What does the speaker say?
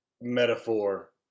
metaphor